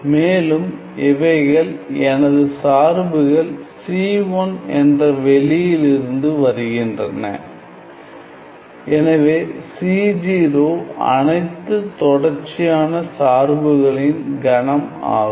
மேலும் இவைகள் எனது சார்புகள் c 1 என்ற வெளியிலிருந்து வருகின்றன எனவே c 0 அனைத்து தொடர்ச்சியான சார்புகளின் கணம் ஆகும்